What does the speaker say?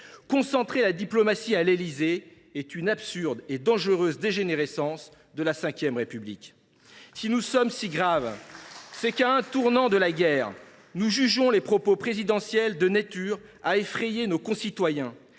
Concentrer la diplomatie à l’Élysée relève d’une absurde et dangereuse dégénérescence de la V République. Si nous sommes si graves, c’est que, à un tournant de la guerre, nous jugeons que les propos présidentiels sont de nature à effrayer nos concitoyens,